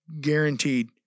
Guaranteed